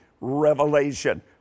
revelation